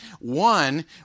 One